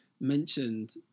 mentioned